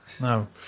No